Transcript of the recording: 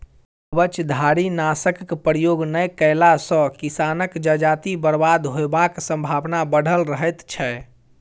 कवचधारीनाशकक प्रयोग नै कएला सॅ किसानक जजाति बर्बाद होयबाक संभावना बढ़ल रहैत छै